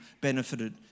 benefited